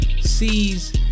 sees